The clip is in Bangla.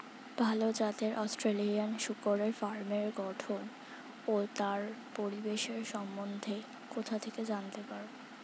ভাল জাতের অস্ট্রেলিয়ান শূকরের ফার্মের গঠন ও তার পরিবেশের সম্বন্ধে কোথা থেকে জানতে পারবো?